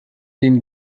den